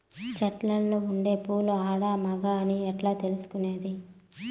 చెట్టులో ఉండే పూలు ఆడ, మగ అని ఎట్లా తెలుసుకునేది?